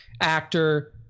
actor